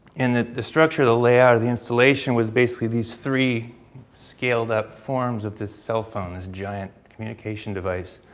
and that the structure, the layout of the installation was basically these three scaled up forms of this cell phone, this giant communication device.